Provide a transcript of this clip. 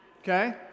Okay